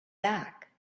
back